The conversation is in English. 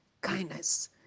kindness